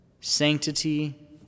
sanctity